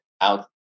out